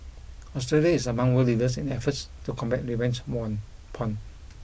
Australia is among world leaders in efforts to combat revenge morn porn